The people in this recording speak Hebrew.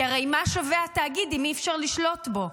כי הרי מה שווה התאגיד אם אי-אפשר לשלוט בו?